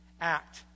act